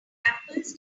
examples